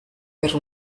per